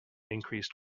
increased